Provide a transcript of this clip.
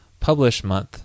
publishMonth